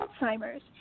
Alzheimer's